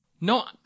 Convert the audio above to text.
No